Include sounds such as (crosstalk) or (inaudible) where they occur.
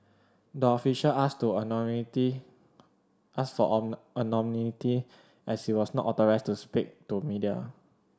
the official asked authority asked for (unintelligible) anonymity as he was not authorised to speak to media